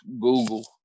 Google